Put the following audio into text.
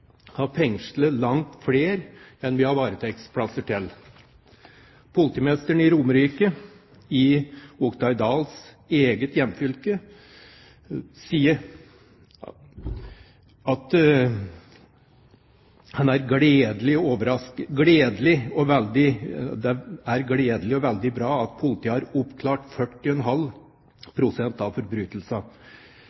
har fengslet langt flere enn vi har varetektsplasser til. Politimesteren i Romerike, i Oktay Dahls eget hjemfylke, sier at det er gledelig og veldig bra at politiet har oppklart 40,5